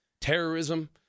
terrorism